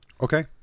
Okay